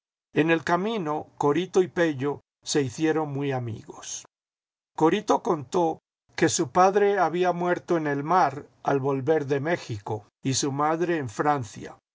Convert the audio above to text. en el camino corito y pello se hicieron muy amigos corito contó que su padre había muerto en el mar al volver de méjico y su madre en francia